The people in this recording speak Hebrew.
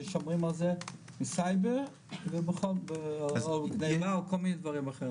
ששומרים על זה מסייבר וכל מיני דברים אחרים?